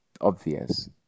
obvious